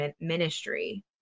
ministry